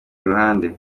ruhande